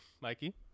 Mikey